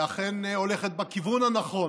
ואכן הולכת בכיוון הנכון